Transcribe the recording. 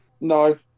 No